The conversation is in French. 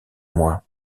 mois